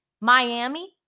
Miami